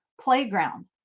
playground